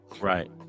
Right